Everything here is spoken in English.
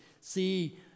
see